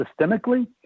systemically